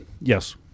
Yes